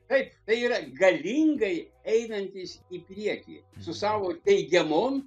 taip tai yra galingai einantis į priekį su savo teigiamom